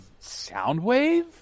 Soundwave